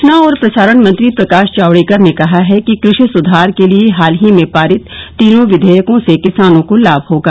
सूचना और प्रसारण मंत्री प्रकाश जावड़ेकर ने कहा है कि कृषि सुधार के लिए हाल ही में पारित तीनों विधेयकों से किसानों को लाभ होगा